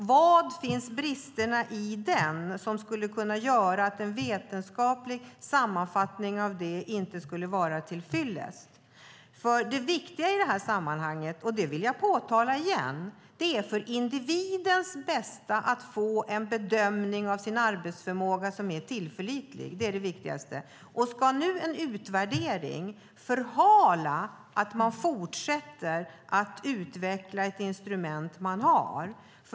Var finns bristerna i den, som skulle kunna göra att en vetenskaplig sammanfattning av den inte skulle vara till fyllest? Det viktiga i det här sammanhanget - det vill jag påtala igen - är att det är för individens bästa att få en bedömning av sin arbetsförmåga som är tillförlitlig. Det är det viktigaste. Ska nu en utvärdering förhala att man fortsätter att utveckla det instrument som man har?